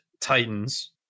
Titans